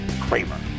Kramer